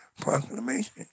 Proclamation